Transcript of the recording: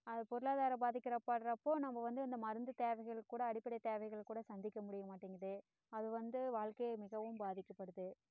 அது பொருளாதாரம் பாதிக்கிறப்படுறப்போ நம்ம வந்து இந்த மருந்து தேவைகளுக்கு கூட அடிப்படை தேவைகளுக்கு கூட சந்திக்க முடிய மாட்டேங்குது அது வந்து வாழ்க்கையை மிகவும் பாதிக்கப்படுது